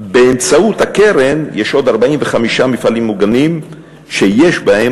באמצעות הקרן יש עוד 45 מפעלים מוגנים שיש בהם